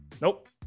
Nope